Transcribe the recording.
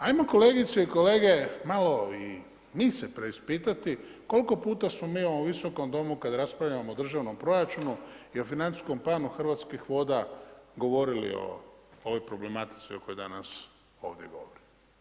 Ajmo kolegice i kolege malo i mi se preispitati, koliko puta smo mi u ovom Visokom domu, kada raspravljamo o državnom proračunu i o financijskom planu Hrvatskih voda, govorili o ovoj problematici o kojoj danas ovdje govorimo.